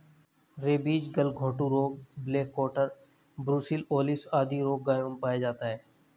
rabies, गलघोंटू रोग, black quarter, brucellosis आदि रोग गायों में पाया जाता है